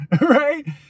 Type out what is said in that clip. right